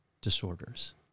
disorders